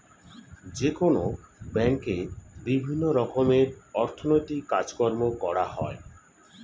যেকোনো ব্যাঙ্কে বিভিন্ন রকমের অর্থনৈতিক কাজকর্ম করা হয়